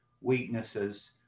weaknesses